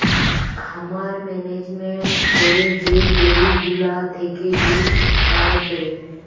খামার মেনেজমেন্ট করে যে গরু গুলা থেকে দুধ পায়েটে